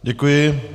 Děkuji.